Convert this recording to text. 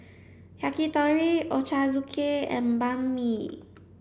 Yakitori Ochazuke and Banh Mi